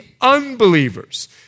unbelievers